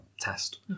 test